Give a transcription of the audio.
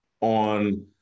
on